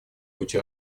пути